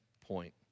point